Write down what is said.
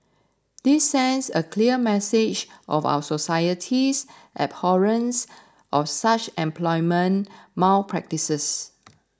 this sends a clear message of our society's abhorrence of such employment malpractices